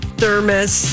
thermos